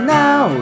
now